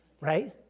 Right